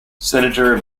senator